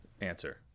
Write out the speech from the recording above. answer